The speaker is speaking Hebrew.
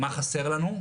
מה חסר לנו,